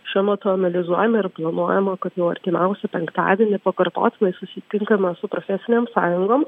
šiuo metu analizuojame ir planuojama kad jau artimiausią penktadienį pakartotinai susitinkame su profesinėm sąjungom